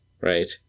right